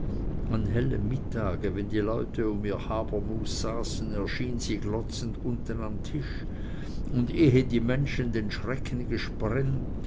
an hellem mittage wenn die leute um ihr habermus saßen erschien sie glotzend unten am tisch und ehe die menschen den schrecken gesprengt